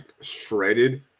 shredded